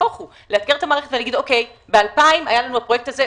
נהפוך הוא לאתגר את המערכת ולהגיד: ב-2000 היה לנו הפרויקט הזה,